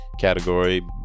category